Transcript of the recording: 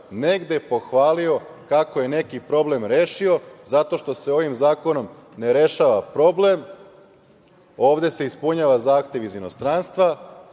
negde pohvalio kako je neki problem rešio zato što se ovim zakonom ne rešava problem. Ovde se ispunjava zahtev iz inostranstva.